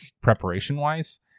preparation-wise